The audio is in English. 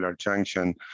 junction